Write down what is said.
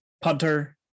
punter